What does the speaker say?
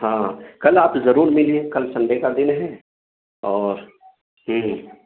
ہاں کل آپ ضرور ملیے کل سنڈے کا دن ہے اور ہوں